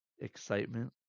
excitement